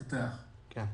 הנגב?